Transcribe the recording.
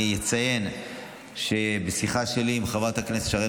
אני אציין שבשיחה שלי עם חברת הכנסת שרן